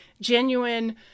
Genuine